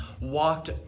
walked